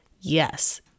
yes